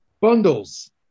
Bundles